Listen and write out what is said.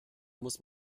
muss